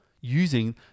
using